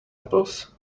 apples